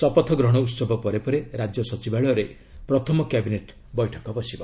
ଶପଥ ଗ୍ରହଣ ଉତ୍ସବ ପରେ ରାଜ୍ୟ ସଚିବାଳୟରେ ପ୍ରଥମ କ୍ୟାବିନେଟ୍ ବୈଠକ ବସିବ